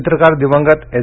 चित्रकार दिवंगत एस